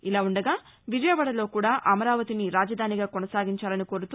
ఇలావుండగావిజయవాడలో కూడా అమరావతిని రాజధానిగా కోనసాగించాలని కోరుతూ